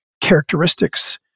characteristics